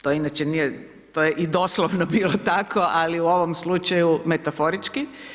To inače nije, to je i doslovno bilo tako ali u ovom slučaju metaforički.